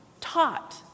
taught